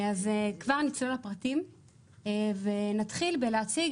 כבר אני אתן את הפרטים ונתחיל בלהציג